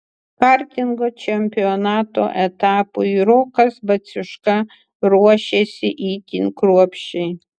kartingo čempionato etapui rokas baciuška ruošėsi itin kruopščiai